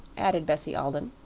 added bessie alden.